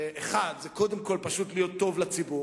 שאחד זה קודם כול זה פשוט להיות טוב לציבור